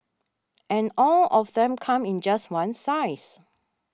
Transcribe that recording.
and all of them come in just one size